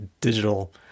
digital